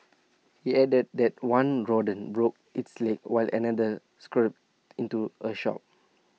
he added that one rodent broke its leg while another scurried into A shop